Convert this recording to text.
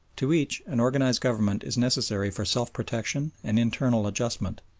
to each an organised government is necessary for self-protection and internal adjustment.